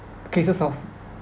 cases of